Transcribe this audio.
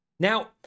Now